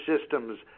systems